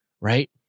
right